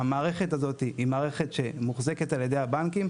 המערכת הזאת היא מערכת שמוחזקת על ידי הבנקים,